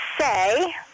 say